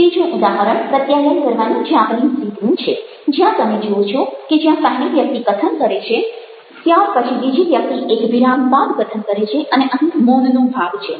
બીજું ઉદાહરણ પ્રત્યાયન કરવાની જાપાનીઝ રીતનું છે જ્યાં તમે જુઓ છો કે જ્યાં પહેલી વ્યક્તિ કથન કરે છે ત્યાર પછી બીજી વ્યક્તિ એક વિરામ બાદ કથન કરે છે અને અહીં મૌનનો ભાગ છે